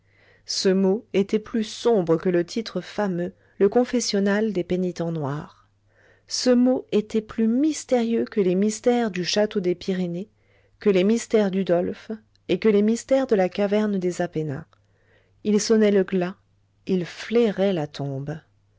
ce mot était plus sombre que le titre fameux le confessionnal des pénitents noirs ce mot était plus mystérieux que les mystères du château des pyrénées que les mystères d'udolphe et que les mystères de la caverne des apennins il sonnait le glas il flairait la tombe